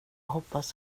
hoppas